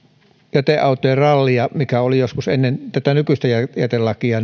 jäteautojen rallia mikä oli joskus ennen tätä nykyistä jätelakia